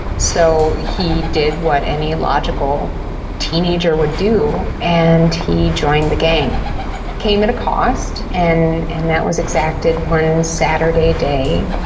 so he did what any logical teenager would do and he joined the gang. it came at a cost, and and that was exacted one saturday day.